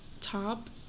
top